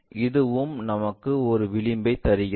இதுவும் நமக்கு ஒரு விளிம்பைத் தருகிறது